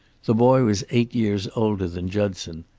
the boy was eight years older than judson,